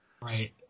right